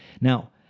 now